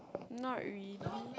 not really